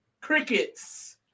Crickets